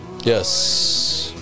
Yes